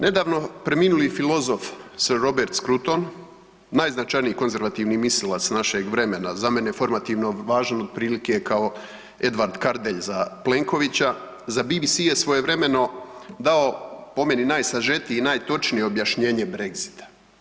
Nedavno preminuli filozof ... Scruton, najznačajniji konzervativni mislilac našeg vremena, za mene formativno važan otprilike kao Edvard Kardelj za Plenkovića, za BBC je svojevremeno dao, po meni najsažetiji i najtočnije objašnjenje Brexita.